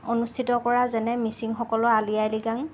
অনুষ্ঠিত কৰা যেনে মিছিঙসকলৰ আলি আই লৃগাং